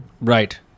Right